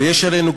ויש עלינו,